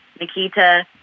Nikita